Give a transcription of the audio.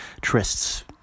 trysts